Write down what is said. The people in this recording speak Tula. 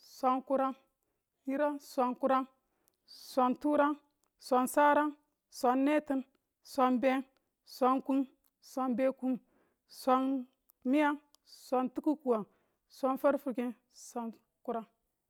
swaang kurang yirang, swaang kurang, swaang turaang, swaang sarang, swaang netin, swaang beng, swaang kung, swaang bekung, swaang miyang. swaang tiki kuwang, swaang farfikenang. swaang kurang